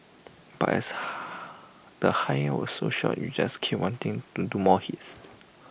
but as the higher was so short you just keep wanting to do more hits